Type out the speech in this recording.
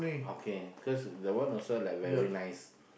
okay cause the one also like very nice